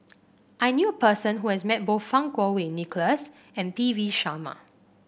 I knew person who has met both Fang Kuo Wei Nicholas and P V Sharma